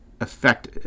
affect